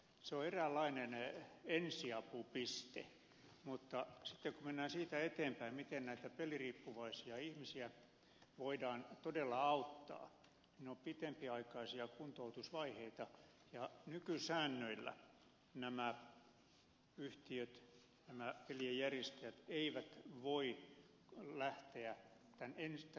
se on eräänlainen ensiapupiste mutta sitten kun mennään siitä eteenpäin miten näitä peliriippuvaisia ihmisiä voidaan todella auttaa ne ovat pitempiaikaisia kuntoutusvaiheita ja nykysäännöillä nämä yhtiöt pelien järjestäjät eivät voi lähteä tätä ensiaputoimintaa pidemmälle